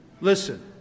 Listen